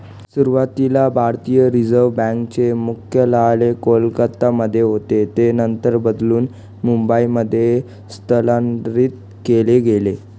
सुरुवातीला भारतीय reserve bank चे मुख्यालय कोलकत्यामध्ये होतं जे नंतर बदलून मुंबईमध्ये स्थलांतरीत केलं गेलं